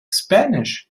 spanish